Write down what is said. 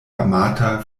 amata